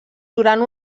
durant